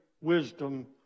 wisdom